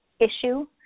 issue